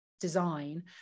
design